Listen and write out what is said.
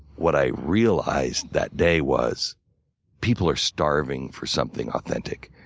what i realized that day was people are starving for something authentic.